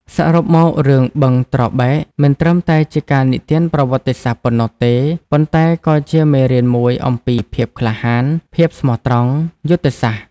សរុបមក រឿង "បឹងត្របែក" មិនត្រឹមតែជាការនិទានប្រវត្តិសាស្ត្រប៉ុណ្ណោះទេ ប៉ុន្តែក៏ជាមេរៀនមួយអំពីភាពក្លាហាន ភាពស្មោះត្រង់ យុទ្ធសាស្ត្រ។